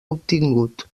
obtingut